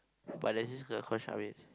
but there is this girl called Charmaine